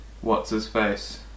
What's-his-face